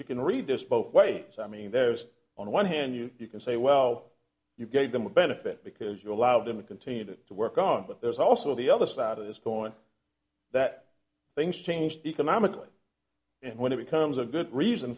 you can read this both ways i mean there's on the one hand you can say well you gave them a benefit because you allowed them to continue to work on it but there's also the other side of the story that things changed economically and when it becomes a good reason